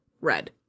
red